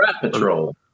Patrol